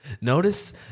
Notice